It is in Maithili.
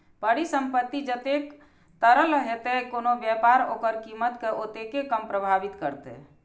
परिसंपत्ति जतेक तरल हेतै, कोनो व्यापार ओकर कीमत कें ओतेक कम प्रभावित करतै